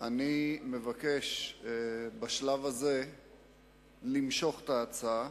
אני מבקש בשלב הזה למשוך את ההצעה.